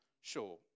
sure